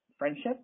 friendship